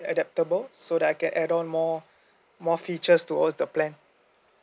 adaptable so that I can add on more more features towards the plan